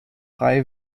frei